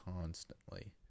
constantly